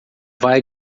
vai